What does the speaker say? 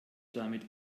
damit